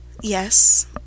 Yes